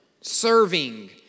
serving